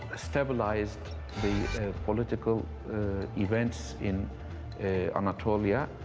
ah stabilized the political events in anatolia,